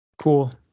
cool